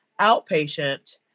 outpatient